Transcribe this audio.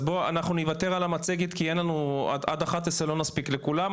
אז אנחנו נוותר על המצגת כי עד 11:00 אנחנו לא נספיק לכולם,